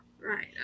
Right